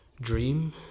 dream